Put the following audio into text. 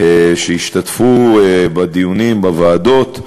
שהשתתפו בדיונים בוועדות,